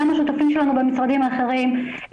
גם השותפים שלנו במשרדים האחרים,